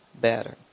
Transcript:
better